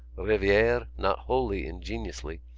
riviere, not wholly ingenuously,